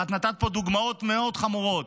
ואת נתת פה דוגמאות מאוד חמורות.